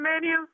menu